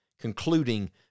concluding